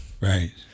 Right